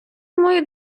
мою